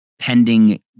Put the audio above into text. pending